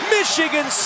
Michigan